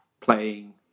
playing